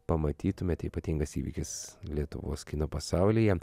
pamatytumėte ypatingas įvykis lietuvos kino pasaulyje